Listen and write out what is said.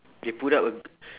they put up a g~